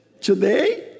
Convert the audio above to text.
today